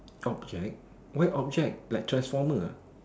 object why object like transformer ah